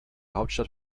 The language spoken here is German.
hauptstadt